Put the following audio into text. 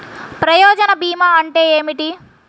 ప్రయోజన భీమా అంటే ఏమిటి?